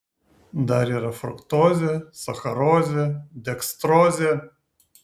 dar yra fruktozė sacharozė dekstrozė